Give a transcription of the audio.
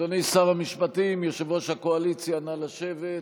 אדוני שר המשפטים, יושב-ראש הקואליציה, נא לשבת.